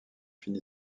fini